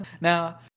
Now